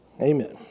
Amen